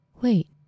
Wait